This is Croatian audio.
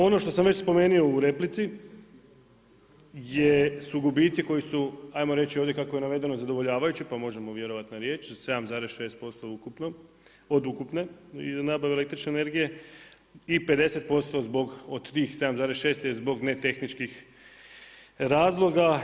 Ono što sam već spomenuo u replici, je su gubici koji su ajmo reći ovdje kako je navedeno zadovoljavajući, pa možemo vjerovati na riječi, 7,6% od ukupne nabave električne energije i 50% od tih 7,6 je zbog ne tehničkih razloga.